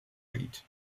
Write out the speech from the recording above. eight